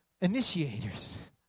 initiators